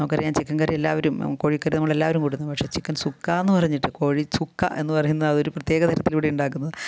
നമുക്കറിയാം chicken curry എല്ലാവരും കോഴിക്കറി നമ്മളെല്ലാവരും കൂട്ടുന്നു പക്ഷേ ചിക്കൻ സുക്ക എന്ന് പറഞ്ഞിട്ട് കോഴിച്ചുക്ക എന്ന് പറയുന്നത് അതൊരു പ്രത്യേക തരത്തിൽ ഇവിടെ ഉണ്ടാക്കുന്നതാണ്